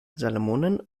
salomonen